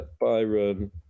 Byron